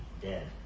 dead